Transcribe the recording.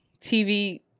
tv